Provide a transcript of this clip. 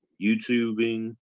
YouTubing